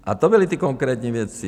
A to byly ty konkrétní věci.